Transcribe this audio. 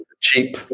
cheap